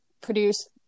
produce